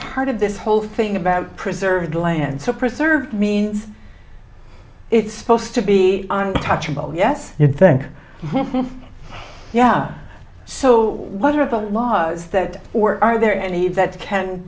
part of this whole thing about preserving the land so preserve means it's supposed to be on touchable yes you'd think yeah so what are the laws that or are there any that can